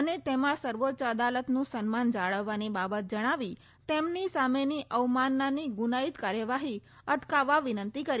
અને તેમાં સર્વોચ્ચ અદાલતનું સન્માન જાળવવાની બાબત જજ્ઞાવી તેમની સામેની અવમાનનાની ગુનાઇત કાર્યવાહી અટકાવવા વિનંતી કરી છે